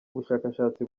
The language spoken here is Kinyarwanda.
ubushakashatsi